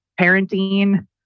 parenting